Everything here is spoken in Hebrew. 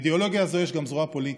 לאידיאולוגיה הזאת יש גם זרוע פוליטית.